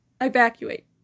evacuate